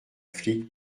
flic